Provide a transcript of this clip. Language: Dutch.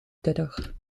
terug